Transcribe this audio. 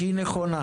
שהיא נכונה